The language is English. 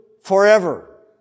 forever